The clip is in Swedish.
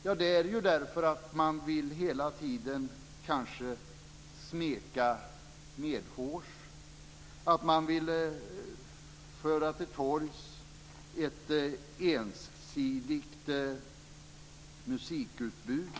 Jo, det är därför att man hela tiden vill smeka medhårs, att man vill föra till torgs ett ensidigt musikutbud.